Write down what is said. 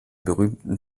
berühmten